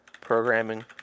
programming